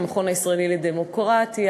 המכון הישראלי לדמוקרטיה,